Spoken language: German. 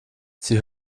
sie